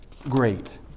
great